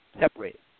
separated